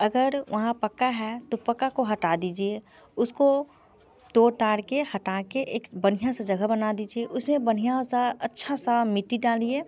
अगर वहाँ पक्का है तो पक्का को हटा दीजिए पहले उसको तोड़ ताड़ के हटा के एक बढ़िया से जगह बना दीजिए उसमें बढ़िय सा अच्छा सा मिट्टी डालिए